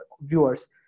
viewers